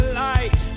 light